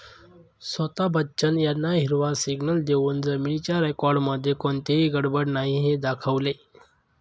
स्वता बच्चन यांना हिरवा सिग्नल देऊन जमिनीच्या रेकॉर्डमध्ये कोणतीही गडबड नाही हे दाखवले